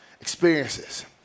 experiences